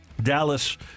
Dallas